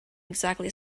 exactly